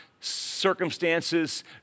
circumstances